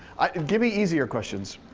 and give me easier questions.